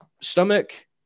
stomach